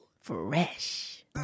Fresh